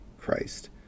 Christ